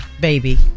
Baby